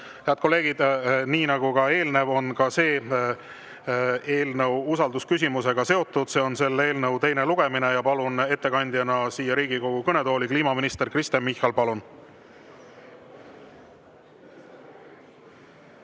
Head kolleegid! Nii nagu eelnev [eelnõu], on ka see eelnõu usaldusküsimusega seotud. See on selle eelnõu teine lugemine. Palun ettekandjana siia Riigikogu kõnetooli kliimaminister Kristen Michali. Palun!